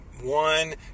one